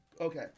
Okay